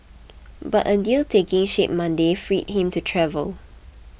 but a deal taking shape Monday freed him to travel